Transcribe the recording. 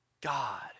God